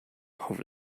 over